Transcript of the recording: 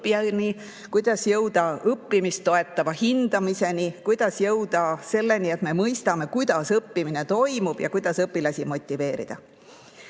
kuidas jõuda õppimist toetava hindamiseni, kuidas jõuda selleni, et me mõistame, kuidas õppimine toimub ja kuidas õpilasi motiveerida.